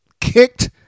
kicked